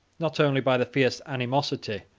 not only by the fierce animosity,